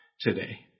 today